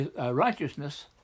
righteousness